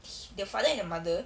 h~ the father and the mother